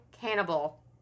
cannibal